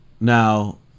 Now